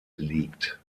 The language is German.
liegt